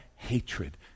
hatred